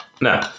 No